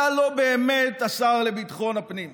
אתה לא באמת השר לביטחון הפנים.